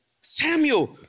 Samuel